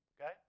Okay